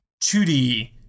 2D